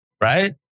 right